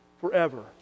forever